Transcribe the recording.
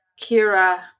Kira